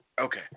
Okay